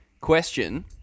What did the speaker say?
question